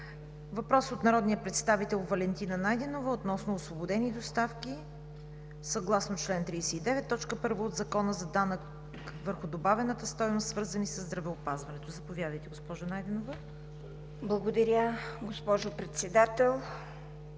Въпрос от народния представител Валентина Найденова относно освободени доставки съгласно чл. 39, т. 1 от Закона за данък върху добавената стойност, свързани със здравеопазването. Заповядайте, госпожо Найденова. ВАЛЕНТИНА НАЙДЕНОВА